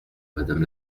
madame